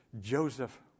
Joseph